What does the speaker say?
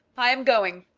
i am going.